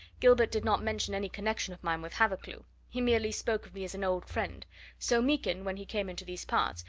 gilbert did not mention any connection of mine with hathercleugh he merely spoke of me as an old friend so meekin, when he came into these parts,